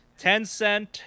Tencent